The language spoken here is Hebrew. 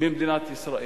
במדינת ישראל.